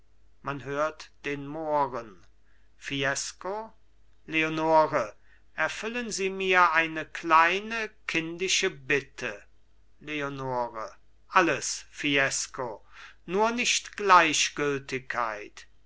man hört den mohren fiesco leonore erfüllen sie mir eine kleine kindische bitte leonore alles fiesco nur nicht gleichgültigkeit